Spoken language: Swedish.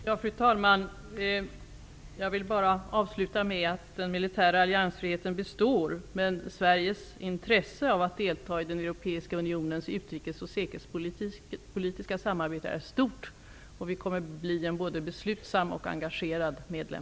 Fru talman! Jag vill avsluta med att säga att den militära alliansfriheten består, men Sveriges intresse av att delta i den europeiska unionens utrikes och säkerhetspolitiska samarbete är stort. Sverige kommer att bli en både beslutsam och engagerad medlem.